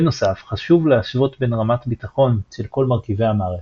בנוסף חשוב להשוות בין רמת ביטחון של כל מרכיבי המערכת,